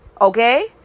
Okay